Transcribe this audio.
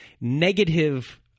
negative